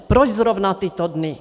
Proč zrovna tyto dny?